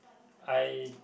I